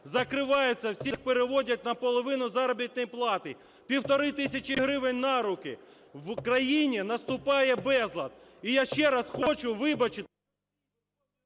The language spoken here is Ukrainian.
закривається, всіх переводять на половину заробітної плати – півтори тисячі гривень на руки. В Україні наступає безлад. І я ще раз хочу вибачитись…